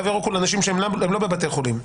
תו ירוק הוא לאנשים שאינם בבתי חולים.